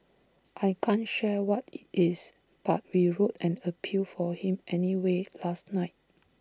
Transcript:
I can't share what IT is but we wrote an appeal for him anyway last night